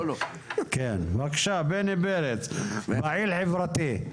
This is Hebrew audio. כן בבקשה, בני פרץ, פעיל חברתי.